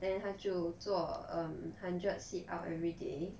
then 她就做 um hundred sit up everyday